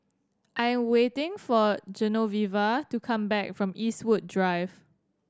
I am waiting for Genoveva to come back from Eastwood Drive